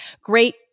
great